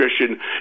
nutrition